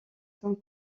sont